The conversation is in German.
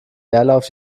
leerlauf